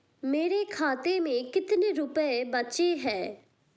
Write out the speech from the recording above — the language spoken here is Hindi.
मेरे खाते में कितने रुपये बचे हैं?